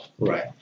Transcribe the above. Right